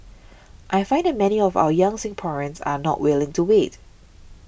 I find many of our young Singaporeans are not willing to wait